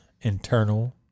internal